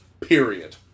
Period